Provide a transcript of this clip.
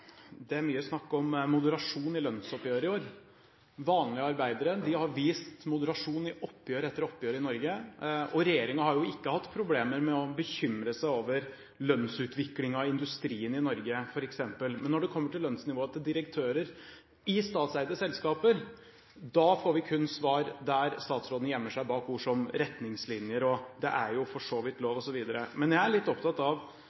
moderasjon i lønnsoppgjøret i år. Vanlige arbeidere har vist moderasjon i oppgjør etter oppgjør i Norge. Regjeringen har jo ikke hatt problemer med å bekymre seg over lønnsutviklingen i f.eks. industrien i Norge, men når det kommer til lønnsnivået til direktører i statseide selskaper, får vi kun svar der statsråden gjemmer seg bak ord som retningslinjer, og at det jo for så vidt er lov, osv. Men jeg er litt opptatt av